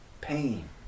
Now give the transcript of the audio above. pain